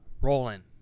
rolling